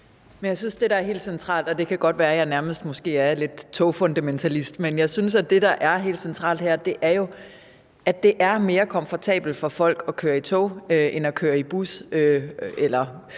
– er, at det er mere komfortabelt for folk at køre i tog end at